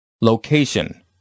Location